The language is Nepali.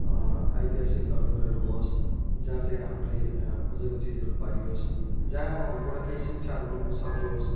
ऐतिहासिक धरोहरहरू होस् जहाँ चाहिँ आफूले खोजेको चिजहरू पाइयोस् जहाँबाट केही शिक्षाहरू लिन सकियोस्